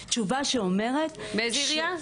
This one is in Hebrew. תשובה שאומרת -- מאיזו עירייה?